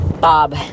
Bob